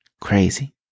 Crazy